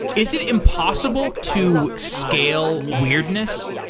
is it impossible to scale weirdness?